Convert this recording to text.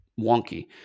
wonky